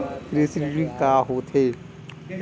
कृषि ऋण का होथे?